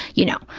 you know,